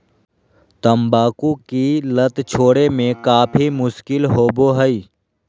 तंबाकू की लत छोड़े में काफी मुश्किल होबो हइ